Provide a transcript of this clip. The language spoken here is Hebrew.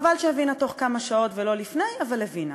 חבל שהבינה בתוך כמה שעות ולא לפני, אבל הבינה.